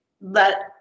Let